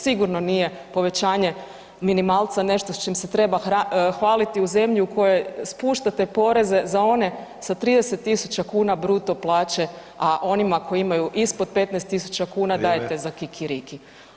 Sigurno nije povećanje minimalca nešto s čim se treba hvaliti u zemlji u kojoj spuštate poreze za one sa 30.000 kuna bruto plaće, a onima koji imaju ispod 15.000 kuna dajete [[Upadica: Vrijeme]] za kikiriki.